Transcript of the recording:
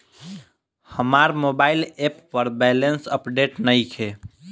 हमार mobile app पर balance update नइखे